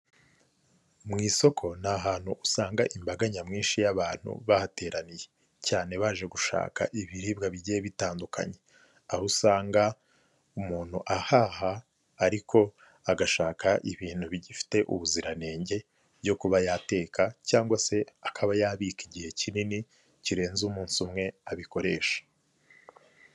Mu isoko ni ahantu usanga imbaga nyamwinshi y'abantu bahateraniye. Cyane baje gushaka ibiribwa bigiye bitandukanye. Aho usanga umuntu ahaha ariko agashaka ibintu bigifite ubuziranenge, byo kuba yateka cyangwa se, akaba yabika igihe kinini kirenze umunsi umwe, abikoresha.